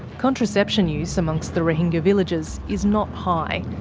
contraception use amongst the rohingya villagers is not high.